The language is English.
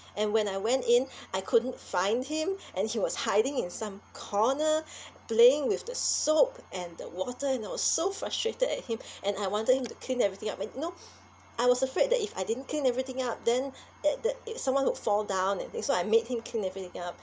and when I went in I couldn't find him and he was hiding in some corner playing with the soap and the water and I was so frustrated at him and I wanted him to clean everything up and you know I was afraid that if I didn't clean everything up then that that it someone would fall down that thing so I made him clean everything up